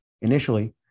Initially